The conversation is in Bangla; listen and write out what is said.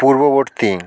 পূর্ববর্তী